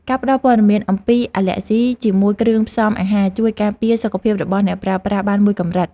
ការផ្ដល់ព័ត៌មានអំពីអាឡែស៊ីជាមួយគ្រឿងផ្សំអាហារ ជួយការពារសុខភាពរបស់អ្នកប្រើប្រាស់បានមួយកម្រិត។